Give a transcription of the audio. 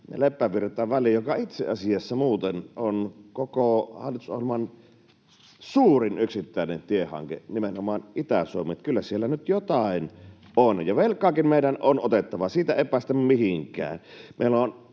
Kuopio—Leppävirta-väli, joka itse asiassa muuten on koko hallitusohjelman suurin yksittäinen tiehanke nimenomaan Itä-Suomeen, joten kyllä siellä nyt jotain on. Velkaakin meidän on otettava, siitä ei päästä mihinkään.